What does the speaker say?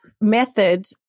method